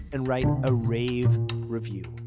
and write a rave review.